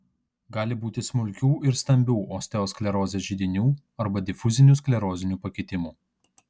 gali būti smulkių ir stambių osteosklerozės židinių arba difuzinių sklerozinių pakitimų